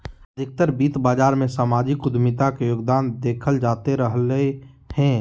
अधिकतर वित्त बाजार मे सामाजिक उद्यमिता के योगदान देखल जाते रहलय हें